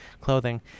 clothing